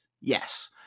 Yes